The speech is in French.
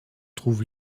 trouve